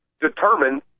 determined